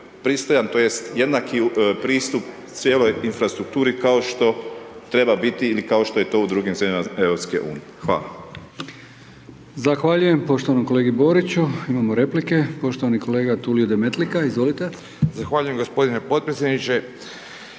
pristojan tj. jednaki pristup cijeloj infrastrukturi kao što treba biti ili kao što je to u drugim zemljama EU. Hvala. **Brkić, Milijan (HDZ)** Zahvaljujem poštovanom kolegi Boriću, imamo replike. Poštovani kolega Tulio Demetlika, izvolite. **Demetlika,